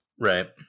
Right